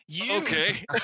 Okay